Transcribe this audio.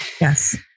Yes